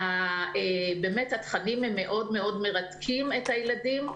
ובאמת התכנים הם מאוד מרתקים את הילדים.